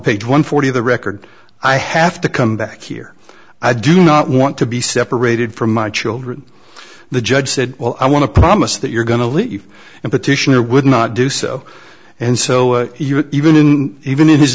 page one forty of the record i have to come back here i do not want to be separated from my children the judge said well i want to promise that you're going to leave and petitioner would not do so and so he would even in even in his